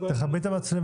את צריכה לכבות את המצלמה,